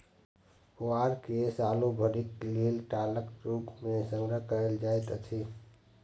पुआर के सालो भरिक लेल टालक रूप मे संग्रह कयल जाइत अछि